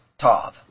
tov